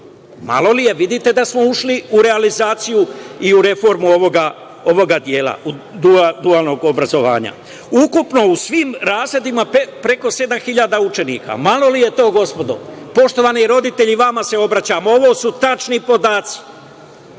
Malo li je? Vidite da smo ušli u realizaciju i u reformu ovog dela, dualnog obrazovanja. Ukupno u svim razredima preko sedam hiljada učenika. Malo li je to, gospodo? Poštovani roditelji, vama se obraćam, ovo su tačni podaci